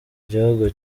gihugu